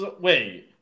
wait